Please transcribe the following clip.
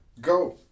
Go